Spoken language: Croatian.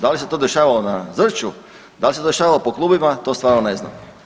Da li se to dešavalo na Zrću, da li se dešavalo po klubovima, to stvarno ne znam.